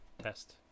Test